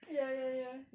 ya ya ya